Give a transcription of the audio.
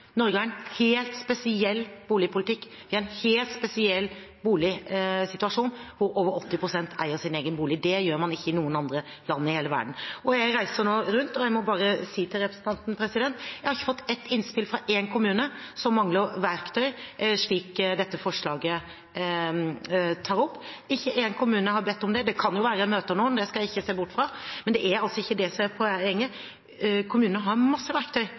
Norge. Norge har en helt spesiell boligpolitikk, vi har en helt spesiell boligsituasjon, hvor over 80 pst. eier sin egen bolig. Det gjør man ikke i noen andre land i hele verden. Jeg reiser nå rundt, og jeg må bare si til representanten at jeg ikke har fått ett innspill fra én kommune som mangler verktøy, slik dette forslaget tar opp. Ikke én kommune har bedt om det. Det kan være jeg møter noen, det skal jeg ikke se bort fra, men det er altså ikke det som er poenget. Kommunene har masse verktøy